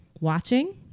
watching